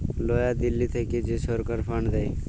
লয়া দিল্লী থ্যাইকে যে ছরকার ফাল্ড দেয়